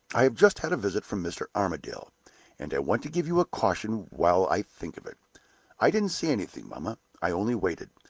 i have just had a visit from mr. armadale and i want to give you a caution while i think of it i didn't say anything, mamma i only waited.